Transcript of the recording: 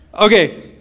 Okay